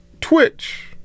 Twitch